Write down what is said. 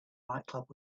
nightclub